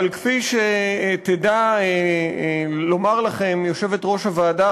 אבל כפי שתדע לומר לכם יושבת-ראש הוועדה,